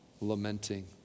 lamenting